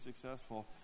successful